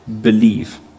believe